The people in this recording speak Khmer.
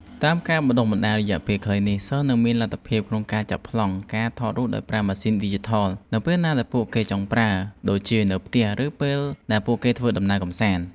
តាមការបណ្តុះបណ្តាលរយៈពេលខ្លីនេះ សិស្សនឹងមានលទ្ធភាពក្នុងការចាប់ប្លង់ និងថតរូបដោយប្រើ ម៉ាស៊ីនថតឌីជីថល នៅពេលណាដែលពួកគេចង់ប្រើ ដូចជានៅផ្ទះ ឬពេលដែលពួកគេធ្វើដំណើរកម្សាន្ត។